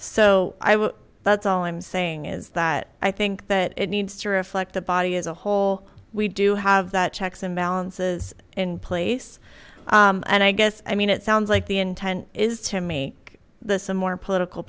would that's all i'm saying is that i think that it needs to reflect the body as a whole we do have that checks and balances in place and i guess i mean it sounds like the intent is to make this a more political